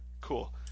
cool